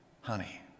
Honey